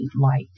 light